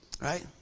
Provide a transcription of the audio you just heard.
right